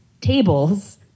tables